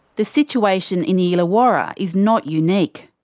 the situation in the illawarra is not unique.